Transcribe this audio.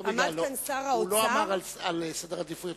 הוא לא אמר על סדר עדיפויות.